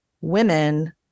women